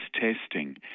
testing